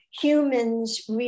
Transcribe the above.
humans